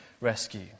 rescue